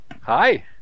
Hi